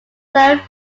served